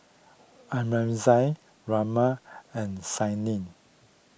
Aurangzeb Raman and Saina